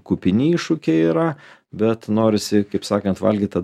kupini iššūkiai yra bet norisi kaip sakant valgyt tą